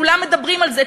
כולם מדברים על זה,